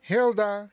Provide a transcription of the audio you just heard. Hilda